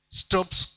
stops